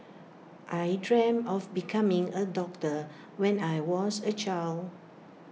I dreamt of becoming A doctor when I was A child